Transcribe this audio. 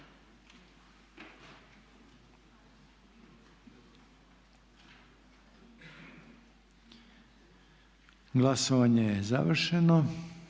Glasovanje je završeno.